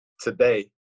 today